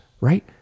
right